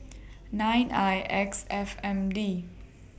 nine I X F M D